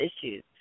issues